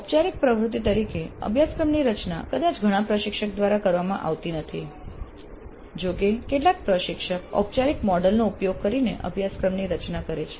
ઔપચારિક પ્રવૃત્તિ તરીકે અભ્યાસક્રમની રચના કદાચ ઘણા પ્રશિક્ષક દ્વારા કરવામાં આવતી નથી જોકે કેટલાક પ્રશિક્ષક ઔપચારિક મોડલ નો ઉપયોગ કરીને અભ્યાસક્રમની રચના કરે છે